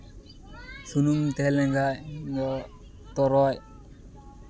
ᱥᱩᱱᱩᱢ ᱛᱟᱦᱮᱸ ᱞᱮᱱᱠᱷᱟᱡ ᱫᱚ ᱛᱚᱨᱚᱡ